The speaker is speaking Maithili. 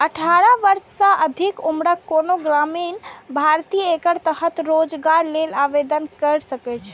अठारह वर्ष सँ अधिक उम्रक कोनो ग्रामीण भारतीय एकर तहत रोजगार लेल आवेदन कैर सकैए